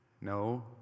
No